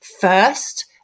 first